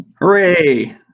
hooray